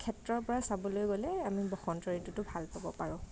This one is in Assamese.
ক্ষেত্ৰৰ পৰা চাবলৈ গ'লে আমি বসন্ত ঋতুটো ভাল পাব পাৰোঁ